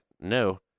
no